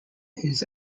his